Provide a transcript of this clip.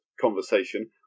conversation